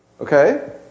Okay